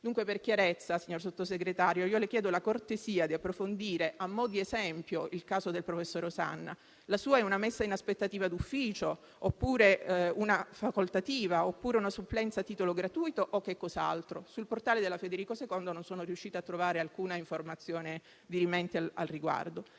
Dunque, per chiarezza, signor Sottosegretario, le chiedo la cortesia di approfondire a mo' di esempio il caso del professor Sanna. La sua è una messa in aspettativa d'ufficio, oppure facoltativa, oppure una supplenza a titolo gratuito o cos'altro? Sul portale dell'Università Federico II non sono riuscita a trovare alcuna informazione dirimente al riguardo.